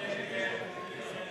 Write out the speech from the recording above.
הצעת